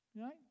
Right